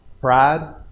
Pride